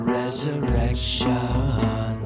resurrection